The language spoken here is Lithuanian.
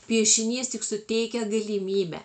piešinys tik suteikia galimybę